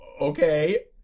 okay